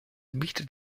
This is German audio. bietet